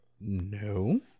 no